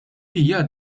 hija